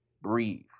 Breathe